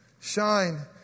Shine